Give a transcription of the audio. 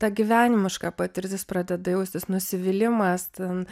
ta gyvenimiška patirtis pradeda jaustis nusivylimas ten